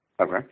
Okay